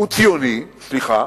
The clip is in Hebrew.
סליחה,